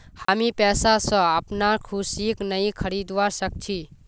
हामी पैसा स अपनार खुशीक नइ खरीदवा सख छि